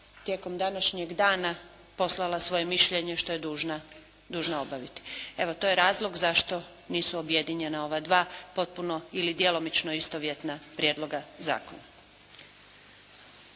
tijekom današnjeg dana poslala svoje mišljenje što je dužna obaviti. Evo, to je razlog zašto nisu objedinjena ova dva potpuno ili djelomično istovjetna prijedloga zakona.